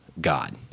God